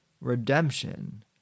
redemption